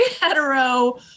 hetero-